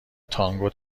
تانگو